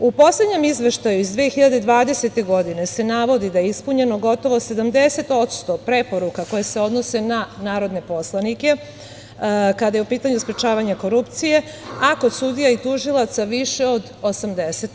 U poslednjem Izveštaju iz 2020. godine se navodi da je ispunjeno gotovo 70% preporuka koje se odnose na narodne poslanike, kada je u pitanju sprečavanje korupcije, ako kod sudija i tužilaca više od 80%